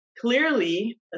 clearly